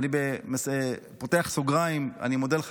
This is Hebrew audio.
אני פותח סוגריים: אני מודה לך,